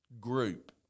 group